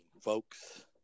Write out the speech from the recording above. folks